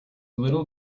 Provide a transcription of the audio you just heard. little